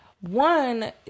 One